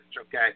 okay